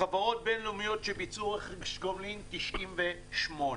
חברות בין-לאומיות שביצעו רכש גומלין 98,